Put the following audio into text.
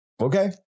okay